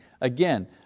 Again